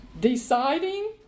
deciding